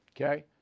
okay